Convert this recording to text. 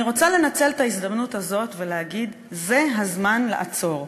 אני רוצה לנצל את ההזדמנות הזאת ולהגיד: זה הזמן לעצור,